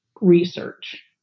research